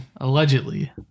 Allegedly